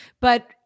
but-